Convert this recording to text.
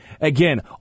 Again